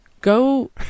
Go